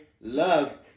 love